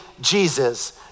Jesus